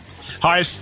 Hi